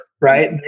right